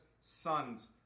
sons